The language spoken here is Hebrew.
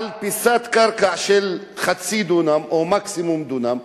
על פיסת קרקע של חצי דונם או מקסימום דונם,